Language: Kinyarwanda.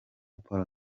paul